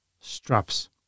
straps